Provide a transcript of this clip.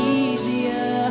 easier